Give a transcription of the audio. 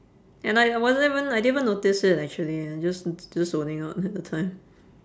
and like I wasn't even I didn't even notice it actually just just zoning out at the time